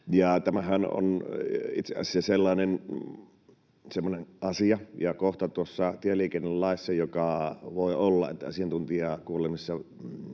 Tämähän on itse asiassa semmoinen asia ja kohta tieliikennelaissa, että voi olla, että asiantuntijakuulemisissa